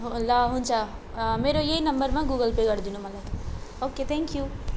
ल हुन्छ मेरो यही नम्बरमा गुगल पे गरिदिनु मलाई ओके थ्याङ्क यू